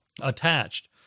attached